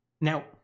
Now